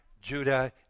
Judah